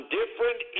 different